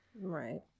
Right